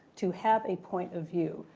to have a point of view,